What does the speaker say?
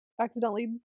accidentally